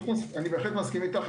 אני בהחלט מסכים איתך.